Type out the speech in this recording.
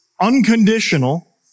unconditional